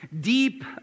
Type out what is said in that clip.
Deep